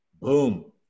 Boom